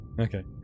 Okay